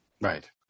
Right